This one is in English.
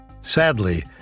Sadly